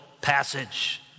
passage